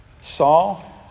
Saul